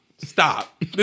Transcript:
Stop